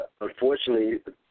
unfortunately –